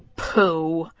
pooh!